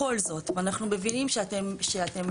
אנחנו מבינים שאתם